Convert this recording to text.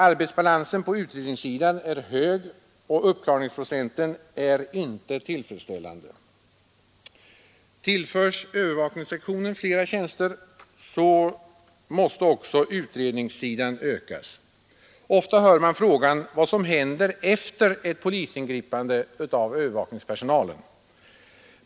Arbetsbalansen på utredningssidan är hög och uppklarningsprocenten är inte tillfredsställande. Tillförs övervakningssektionen flera tjänster, måste också utredningssidan ökas. Ofta hör man frågan vad som händer efter ett polisingripande av övervakningspersonalen.